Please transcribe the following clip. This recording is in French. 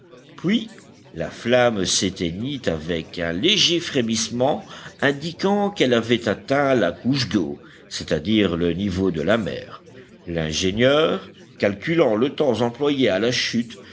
puis la flamme s'éteignit avec un léger frémissement indiquant qu'elle avait atteint la couche d'eau c'est-à-dire le niveau de la mer l'ingénieur calculant le temps employé à la